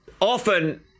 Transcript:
often